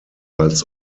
als